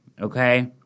okay